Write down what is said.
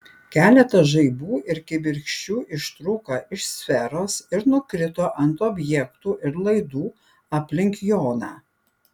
keletas žaibų ir kibirkščių ištrūko iš sferos ir nukrito ant objektų ir laidų aplink joną